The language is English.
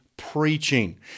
Preaching